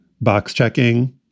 box-checking